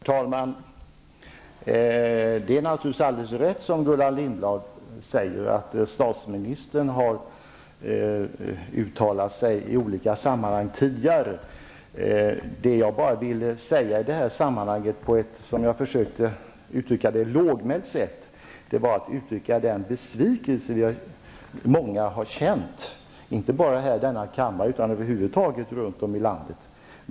Herr talman! Det är naturligtvis alldeles riktigt som Gullan Lindblad säger, att statsministern har uttalat sig i olika sammanhang tidigare. Det som jag i detta sammanhang på ett lågmält sätt ville göra var att uttrycka den besvikelse som många, inte bara i denna kammare utan över huvud taget runt om i landet, har känt.